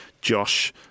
josh